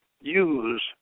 use